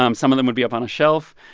um some of them would be up on a shelf.